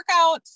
workouts